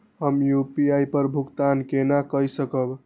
हम यू.पी.आई पर भुगतान केना कई सकब?